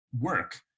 work